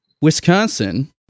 Wisconsin